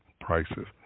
prices